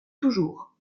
toujours